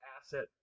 asset